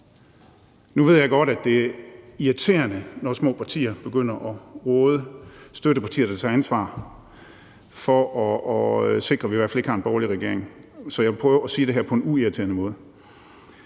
Nu ved jeg godt, at det er irriterende, når små partier begynder at råde støttepartier, der tager ansvar for at sikre, at vi i hvert fald ikke har en borgerlig regering. Så jeg vil prøve at sige det her på en uirriterende måde: